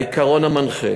העיקרון המנחה